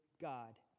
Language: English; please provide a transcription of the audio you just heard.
God